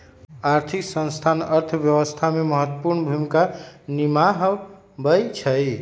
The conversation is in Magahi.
आर्थिक संस्थान अर्थव्यवस्था में महत्वपूर्ण भूमिका निमाहबइ छइ